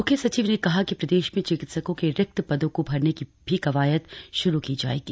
मुख्य सचिव ने कहा कि प्रदेश में चिकित्सकों के रिक्त पदों को भरने की कवायद भी श्रू की जाएगी